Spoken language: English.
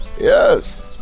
Yes